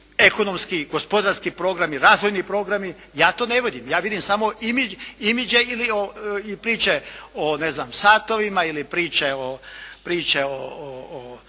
ekonomski i gospodarski program, i razvojni programi. Ja to ne vidim, ja vidim samo image i priče o ne znam satovima ili priče o